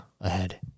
ahead